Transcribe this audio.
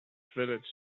village